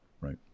right